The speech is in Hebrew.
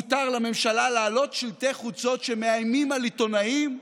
מותר לממשלה להעלות שלטי חוצות שמאיימים על עיתונאים.